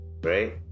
right